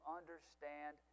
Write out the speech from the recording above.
understand